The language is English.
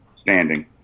standing